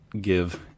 give